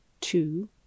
two